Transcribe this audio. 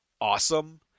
awesome